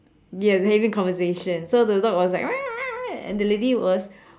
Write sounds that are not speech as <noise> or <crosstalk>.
yes they having conversation so the dog was like <noise> and the lady was